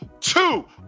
two